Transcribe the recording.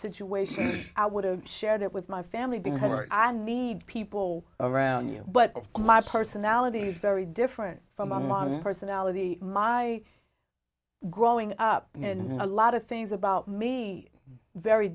situation i would have shared it with my family because i need people around you but my personality is very different from my mom personality my growing up in a lot of things about me very